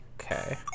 Okay